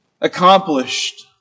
accomplished